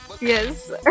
Yes